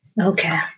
Okay